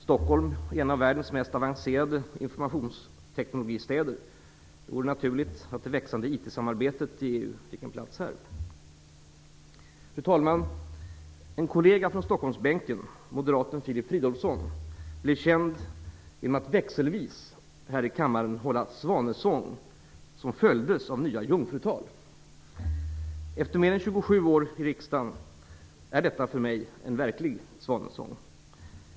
Stockholm är en av världens mest avancerade informationsteknikstäder. Det vore naturligt att det växande IT-samarbetet i EU fick en plats här. Fru talman! En kollega från Stockholmsbänken, moderaten Filip Fridolfsson, blev känd genom att här i kammaren växelvis sjunga svanesång och hålla nya jungfrutal. Efter mer än 27 år i riksdagen är detta för mig en verklig svanesång.